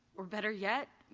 or better yet,